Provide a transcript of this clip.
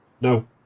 No